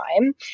time